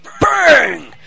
BANG